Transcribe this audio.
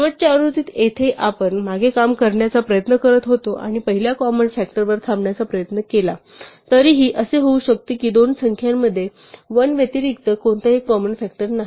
शेवटच्या आवृत्तीत जेथे आपण मागे काम करण्याचा प्रयत्न करत होतो आणि पहिल्या कॉमन फ़ॅक्टरवर थांबण्याचा प्रयत्न केला होता तरीही असे होऊ शकते की दोन संख्यांकडे १ व्यतिरिक्त कोणताही कॉमन फ़ॅक्टर नाही